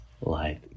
life